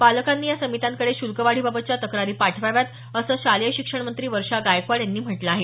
पालकांनी या समित्यांकडे शुल्क वाढीबाबतच्या तक्रारी पाठवाव्या असं शालेय शिक्षणमंत्री वर्षा गायकवाड यांनी म्हटलं आहे